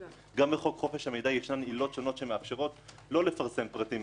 גם בחוק חופש המידע יש עילות שונות שמאפשרות לא לפרסם פרטים מסוימים.